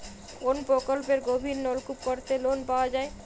কোন প্রকল্পে গভির নলকুপ করতে লোন পাওয়া য়ায়?